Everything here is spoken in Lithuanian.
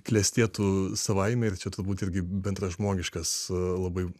klestėtų savaime ir čia turbūt irgi bendražmogiškas labai